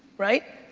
right?